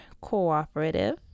cooperative